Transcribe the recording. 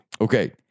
Okay